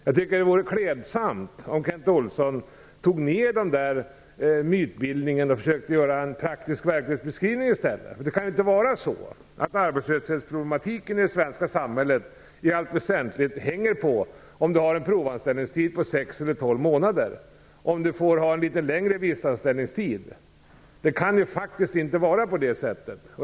Jag tycker att det vore klädsamt om Kent Olsson tog bort den mytbildningen och försökte göra en praktisk verklighetsbeskrivning i stället. Det kan ju inte vara så att arbetslöshetsproblematiken i det svenska samhället i allt väsentligt hänger på att man har en provanställning på sex eller tolv månader eller på att man får ha en litet längre visstidsanställning. Det kan inte vara på det sättet.